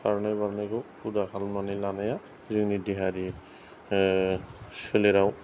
खारनाय बारनायखौ हुदा खालामनानै लानाया जोंनि देहायारि सोलेराव